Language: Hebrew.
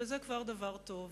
ואולי זה כבר דבר טוב.